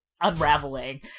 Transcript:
unraveling